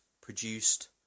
produced